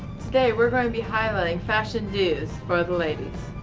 today we're gonna be highlighting fashion dos for the ladies.